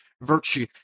virtue